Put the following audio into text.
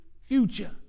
future